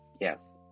Yes